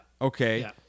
Okay